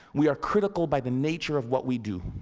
we are critical by the nature of what we do.